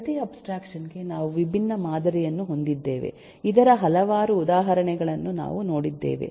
ಪ್ರತಿ ಅಬ್ಸ್ಟ್ರಾಕ್ಷನ್ ಗೆ ನಾವು ವಿಭಿನ್ನ ಮಾದರಿಯನ್ನು ಹೊಂದಿದ್ದೇವೆ ಇದರ ಹಲವಾರು ಉದಾಹರಣೆಗಳನ್ನು ನಾವು ನೋಡಿದ್ದೇವೆ